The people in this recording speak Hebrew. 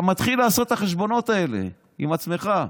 אתה מתחיל לעשות את החשבונות האלה עם עצמך.